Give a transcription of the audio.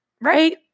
Right